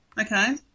Okay